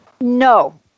no